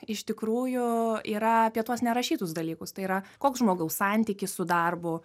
iš tikrųjų yra apie tuos nerašytus dalykus tai yra koks žmogaus santykis su darbu